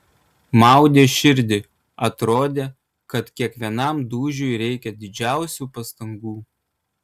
maudė širdį atrodė kad kiekvienam dūžiui reikia didžiausių pastangų